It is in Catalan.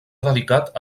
dedicat